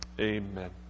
Amen